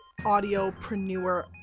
Audiopreneur